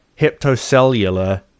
Hepatocellular